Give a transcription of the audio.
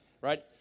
right